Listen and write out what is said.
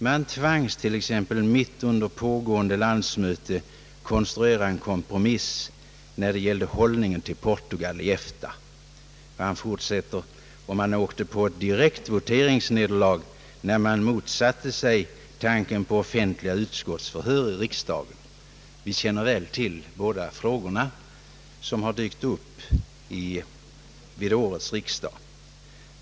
Man tvangs t.ex. mitt under pågående landsmöte konstruera en kompromiss beträffande Sveriges hållning till Portugal i EFTA och man råkade ut för ett direkt voteringsnederlag när man motsatte sig tanken på offentliga utskottsförhör i riksdagen. Vi känner väl till båda frågorna, som dykt upp i årets riksdag.